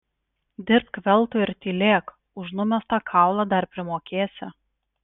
dirbk veltui ir tylėk už numestą kaulą dar primokėsi